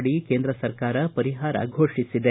ಅಡಿ ಕೇಂದ್ರ ಸರ್ಕಾರ ಪರಿಹಾರ ಘೋಷಿಸಿದೆ